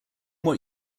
what